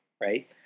right